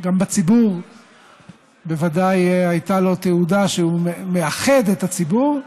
גם בציבור בוודאי הייתה לו תהודה שהוא מאחד את הציבור,